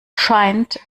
scheint